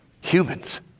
Humans